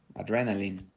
adrenaline